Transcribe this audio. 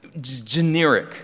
generic